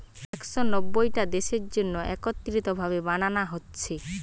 একশ নব্বইটা দেশের জন্যে একত্রিত ভাবে বানানা হচ্ছে